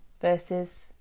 versus